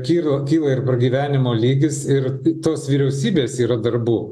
kyla kyla ir pragyvenimo lygis ir tos vyriausybės yra darbų